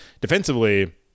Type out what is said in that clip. Defensively